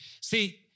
See